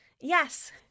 Yes